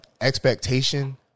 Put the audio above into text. Expectation